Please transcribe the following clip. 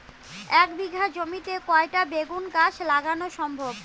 এক বিঘা জমিতে কয়টা বেগুন গাছ লাগানো সম্ভব?